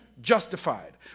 justified